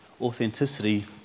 Authenticity